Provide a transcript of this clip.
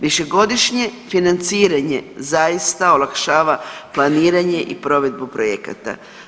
Višegodišnje financiranje zaista olakšava planiranje i provedbu projekata.